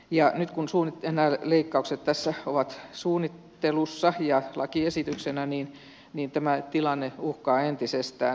ja nyt kun nämä leikkaukset tässä ovat suunnittelussa ja lakiesityksenä niin tämä tilanne uhkaa entisestään heikentyä